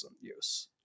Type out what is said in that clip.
use